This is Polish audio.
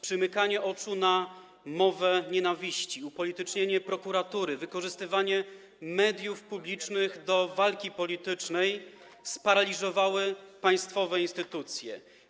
Przymykanie oczu na mowę nienawiści, upolitycznienie prokuratury, wykorzystywanie mediów publicznych do walki politycznej sparaliżowało państwowe instytucje.